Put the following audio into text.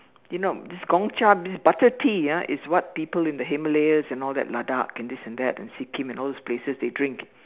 you know this Gong Cha this butter tea ah is what people in the Himalayas and Ladakh and this and that and Sikkim and all these places they drink